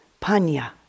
panya